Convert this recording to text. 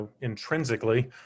intrinsically